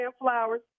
flowers